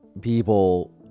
people